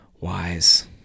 wise